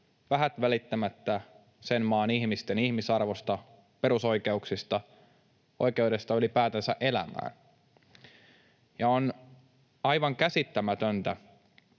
vähät välittämättä sen maan ihmisten ihmisarvosta, perusoikeuksista, oikeudesta ylipäätänsä elämään? On aivan käsittämätöntä,